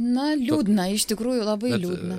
na liūdna iš tikrųjų labai liūdna